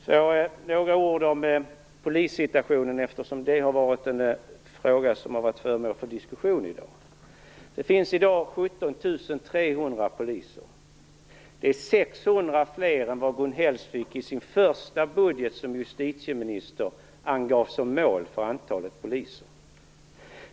Så några ord om polissituationen eftersom den frågan varit föremål för diskussion i dag. Det finns i dag 17 300 poliser. Det är 600 fler än vad Gun Hellsvik i sin första budget som justitieminister angav som mål för antalet poliser.